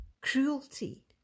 cruelty